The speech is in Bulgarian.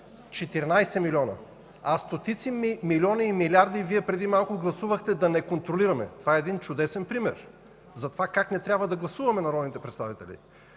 14 милиона! А стотици милиони и милиарди Вие преди малко гласувахте да не контролираме – чудесен пример за това как не трябва да гласуваме народните представители.